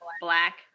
black